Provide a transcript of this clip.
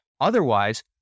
Otherwise